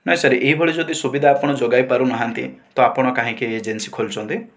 ନାହିଁ ସାର୍ ଏହିଭଳି ଯଦି ସୁବିଧା ଆପଣ ଯୋଗାଇ ପାରୁନାହାନ୍ତି ତ ଆପଣ କାହିଁକି ଏଜେନ୍ସି ଖୋଲିଛନ୍ତି